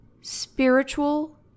spiritual